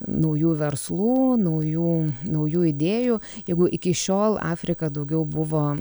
naujų verslų naujų naujų idėjų jeigu iki šiol afrika daugiau buvo